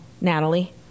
Natalie